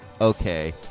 Okay